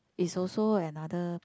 is also another